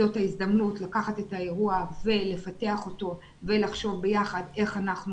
זאת ההזדמנות לקחת את האירוע ולפתח אותו ולחשוב ביחד איך אנחנו